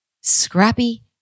Scrappy